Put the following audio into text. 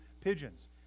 pigeons